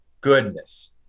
goodness